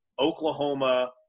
Oklahoma